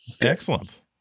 excellent